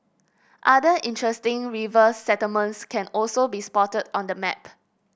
other interesting river settlements can also be spotted on the map